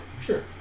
sure